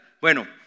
Bueno